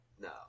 No